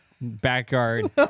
backyard